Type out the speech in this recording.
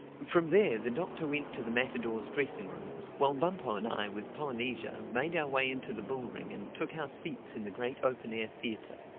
from there the doctor went to the matadors' dressing-rooms while bumpo and i with polynesia made our way into the bull-ring and took our seats in the great open-air theatre.